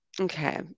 Okay